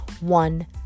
one